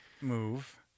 move